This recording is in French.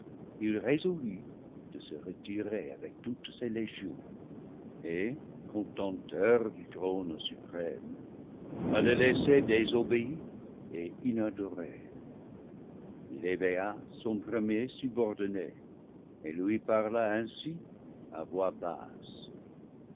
il ré solut de se retirer avec toutes ses légions et contempteur du trône suprême à le laisser désobéi et inadoré il éveilla son premier subordonné et lui parla ainsi à voix basse